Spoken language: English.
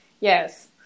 yes